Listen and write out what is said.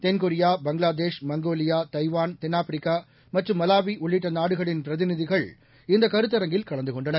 தென்கொரியா Bangladesh Mongolia Taiwan தென்னாப்பிரிக்கா மற்றும் மலாவி உள்ளிட்ட நாடுகளின் பிரதிநிதிகள் இந்தக் கருத்தரங்கில் கலந்து கொண்டனர்